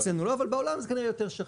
אצלנו לא, אבל בעולם זה כנראה יותר שכיח.